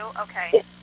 Okay